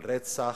על רצח,